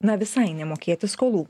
na visai nemokėti skolų